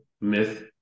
myth